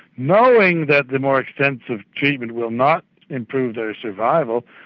knowing that the more extensive treatment will not improve their survival,